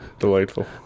Delightful